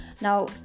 now